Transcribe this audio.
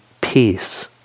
peace